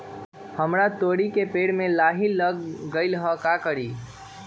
हमरा तोरी के पेड़ में लाही लग गेल है का करी?